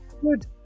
good